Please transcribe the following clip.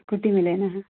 scooty में लेना है